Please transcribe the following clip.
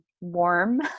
warm